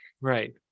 Right